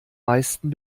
meisten